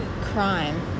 crime